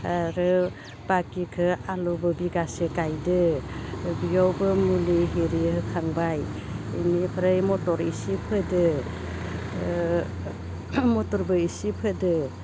आरो बाखिखो आलुबो बिगासे गायदो बियावबो मुलि इरि होखांबाय इनिफ्राइ मथर इसे फोदो ओ मथरबो एसे फोदो